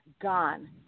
Gone